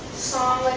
song.